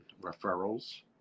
referrals